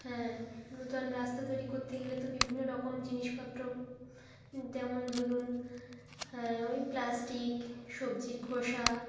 হ্যাঁ নতুন রাস্তা তৈরি করতে গেলে তো বিভিন্ন রকম জিনিসপত্র যেমন ধরুন হ্যাঁ ওই প্লাস্টিক সবজির খোসা